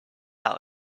out